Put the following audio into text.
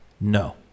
No